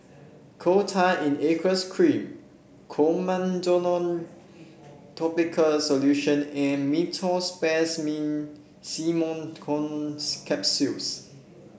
Coal Tar in Aqueous Cream Clotrimozole topical solution and Meteospasmyl Simeticone Capsules